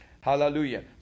Hallelujah